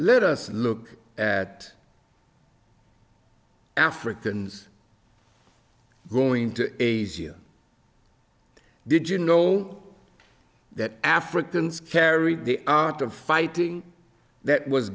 let us look at africans going to asia did you know that africans carried the art of fighting that was